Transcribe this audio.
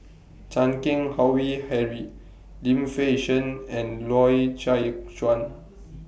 Chan Keng Howe Harry Lim Fei Shen and Loy Chye Chuan